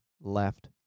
left